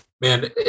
man